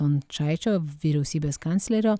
stončaičiovyriausybės kanclerio